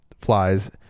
flies